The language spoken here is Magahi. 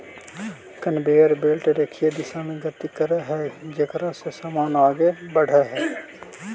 कनवेयर बेल्ट रेखीय दिशा में गति करऽ हई जेकरा से समान आगे बढ़ऽ हई